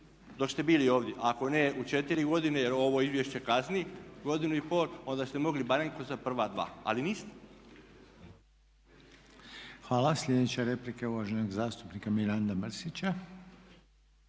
dok ste bili ovdje, ako ne u četiri godine, jer ovo izvješće kasni godinu i pol, onda ste mogli barem za prva dva, ali niste. **Reiner, Željko (HDZ)** Hvala. Sljedeća replika je uvaženog zastupnika Miranda Mrsića.